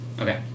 Okay